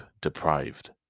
deprived